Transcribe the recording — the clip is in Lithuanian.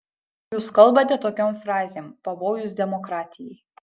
jūs kalbate tokiom frazėm pavojus demokratijai